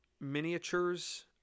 miniatures